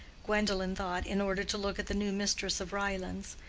gwendolen thought, in order to look at the new mistress of ryelands,